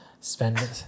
spend